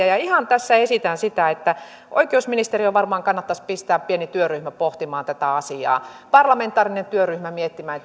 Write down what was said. ja ihan tässä esitän sitä että oikeusministeriön varmaan kannattaisi pistää pieni työryhmä pohtimaan tätä asiaa parlamentaarinen työryhmä miettimään